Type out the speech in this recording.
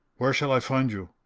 where shall i find you?